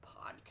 podcast